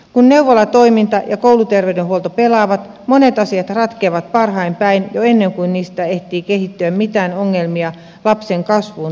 kun neuvolatoiminta ja kouluterveydenhuolto pelaavat monet asiat ratkeavat parhain päin jo ennen kuin niistä ehtii kehittyä mitään ongelmia lapsen kasvuun tai kehitykseen